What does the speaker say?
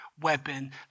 weapon